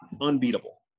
unbeatable